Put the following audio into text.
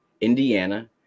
Indiana